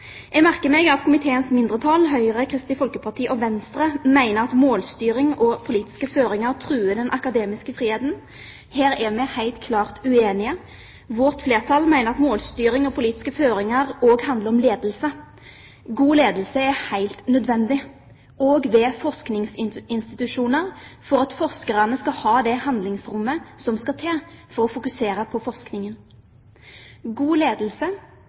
Jeg merker meg at komiteens mindretall, Høyre, Kristelig Folkeparti og Venstre, mener at målstyring og politiske føringer truer den akademiske friheten. Her er vi helt klart uenige. Vårt flertall mener at målstyring og politiske føringer også handler om ledelse. God ledelse er helt nødvendig, også ved forskningsinstitusjoner, for at forskerne skal ha det handlingsrommet som skal til for å fokusere på forskningen. God ledelse